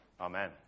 Amen